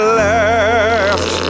left